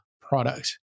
product